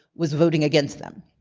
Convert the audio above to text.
was voting against them.